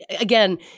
again